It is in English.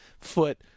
foot